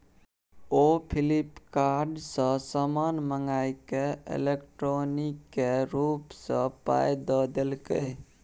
ओ Flipkart सँ समान मंगाकए इलेक्ट्रॉनिके रूप सँ पाय द देलकै